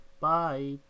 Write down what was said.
Bye